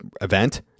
event